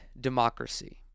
democracy